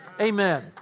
amen